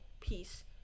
peace